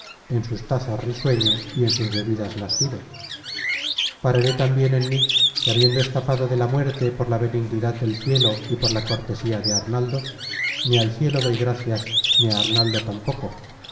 en sus tazas risueño y en sus bebidas lascivo pararé tambien en mí que habiendo escapado de la muerte por la benignidad del cielo y por la cortesía de arnaldo ni al cielo doy gracias ni á arnaldo tampoco